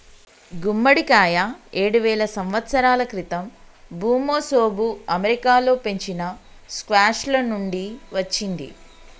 గుమ్మడికాయ ఏడువేల సంవత్సరాల క్రితం ఋమెసోఋ అమెరికాలో పెంచిన స్క్వాష్ల నుండి వచ్చింది